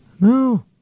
No